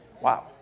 Wow